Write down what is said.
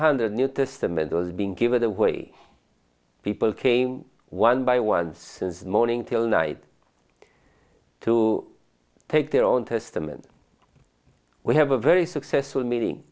hundred new testament was being given away people came one by one since morning till night to take their own testament we have a very successful m